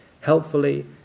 helpfully